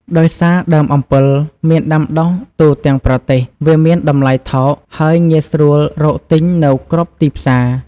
ដោយសារដើមអំពិលមានដាំដុះទូទាំងប្រទេស វាមានតម្លៃថោក ហើយងាយស្រួលរកទិញនៅគ្រប់ទីផ្សារ។